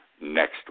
next